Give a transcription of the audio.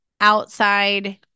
outside